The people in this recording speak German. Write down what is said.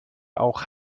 auch